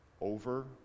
over